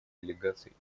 делегаций